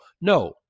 No